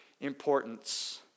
importance